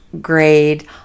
grade